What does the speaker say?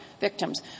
victims